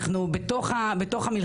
אנחנו עוד בתוך המלחמה.